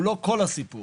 הוא לא כל הסיפור.